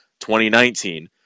2019